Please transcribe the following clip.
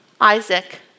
Isaac